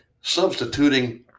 substituting